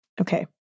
Okay